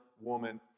woman